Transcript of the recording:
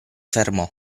fermò